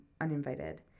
uninvited